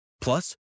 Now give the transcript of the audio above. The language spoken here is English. Plus